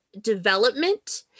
development